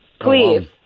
Please